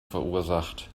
verursacht